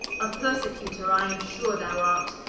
a persecutor i am sure thou art,